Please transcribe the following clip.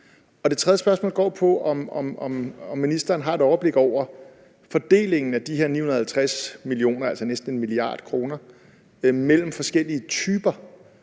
Det tredje spørgsmål går på, om ministeren har et overblik over fordelingen af de her 950 mio. kr., altså næsten 1 mia. kr., mellem forskellige typer af